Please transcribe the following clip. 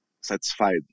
satisfied